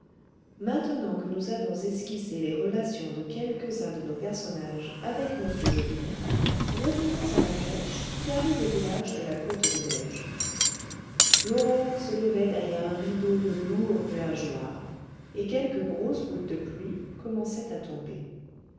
maintenant que nous avons esquissé les relations de quelques-uns de nos personnages avec m jobinet retournons à la calèche qui arrive au village de la côte des neiges l'aurore se levait derrière un rideau de lourds nuages noirs et quelques grosses gouttes de pluie commençaient à tomber